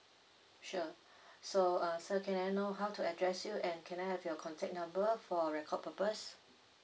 sure so uh sir can I know how to address you and can I have your contact number for record purpose